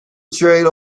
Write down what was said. trail